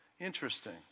Interesting